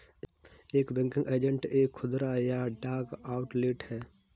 एक banking agent एक खुदरा या डाक आउटलेट है